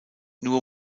nur